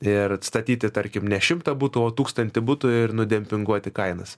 ir atstatyti tarkim ne šimtą butų o tūkstantį butų ir nudempinguoti kainas